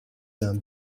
d’un